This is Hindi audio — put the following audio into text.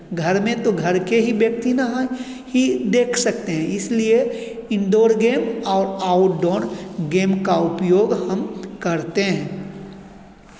घर में तो घर के ही व्यक्ति ना हाँ की देख सकते हैं इसलिए इंडोर गेम और आउटडोर गेम का उपयोग हम करते हैं